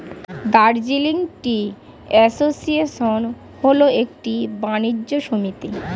Darjeeling tea association হল একটি বাণিজ্য সমিতি